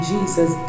Jesus